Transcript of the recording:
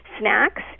snacks